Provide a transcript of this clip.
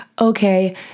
okay